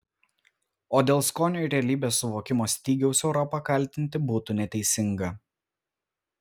o dėl skonio ir realybės suvokimo stygiaus europą kaltinti būtų neteisinga